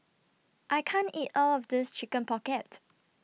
I can't eat All of This Chicken Pocket